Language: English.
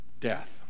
death